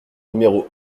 numéro